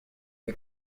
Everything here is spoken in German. wir